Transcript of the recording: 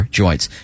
joints